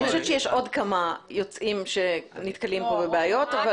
אני חושבת שיש עוד כמה יוצאים שנתקלים פה בבעיות,